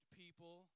people